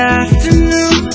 afternoon